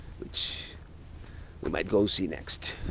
which we might go see next.